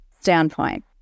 standpoint